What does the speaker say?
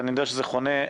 ואני יודע שזה חונה,